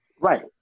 Right